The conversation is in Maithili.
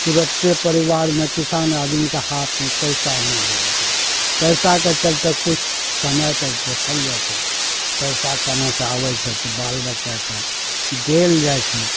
तुरत्ते परिवारमे किसान आदमीके हाथमे पैसा नहि रहै छै पैसाके चलते किछु समयके देखल जाइ छै पैसा केनहो से आबै छै तऽ बाल बच्चाके देल जाइ छै